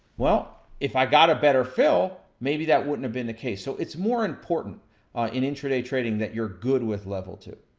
if i got a better fill, maybe that wouldn't have been the case. so it's more important in intraday trading that you're good with level two.